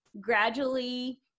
gradually